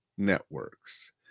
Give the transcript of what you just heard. Networks